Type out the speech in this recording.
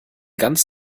ganz